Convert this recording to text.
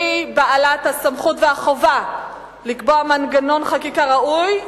והיא בעלת הסמכות והחובה לקבוע מנגנון חקיקה ראוי,